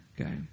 Okay